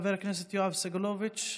חבר הכנסת יואב סגלוביץ',